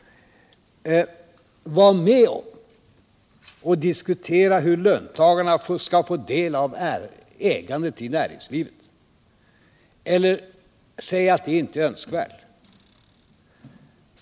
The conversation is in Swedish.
Var med om att diskutera hur löntagarna skall få del av ägandet i näringslivet eller säg att det inte är önskvärt!